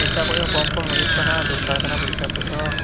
ᱯᱚᱭᱥᱟ ᱠᱩᱡ ᱦᱚᱸ ᱠᱚᱢᱼᱠᱚᱢ ᱦᱩᱭᱩᱜ ᱠᱟᱱᱟ ᱫᱚᱨᱠᱟᱨ ᱠᱟᱱᱟ ᱯᱚᱭᱥᱟ ᱠᱩᱡ ᱦᱚᱸ